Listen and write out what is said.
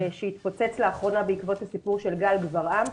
שהתפוצץ לאחרונה בעקבות הסיפור של גל גברעם,